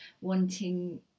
wanting